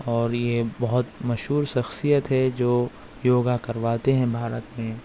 اور یہ بہت مشہور شخصیت ہے جو یوگا کرواتے ہیں بھارت میں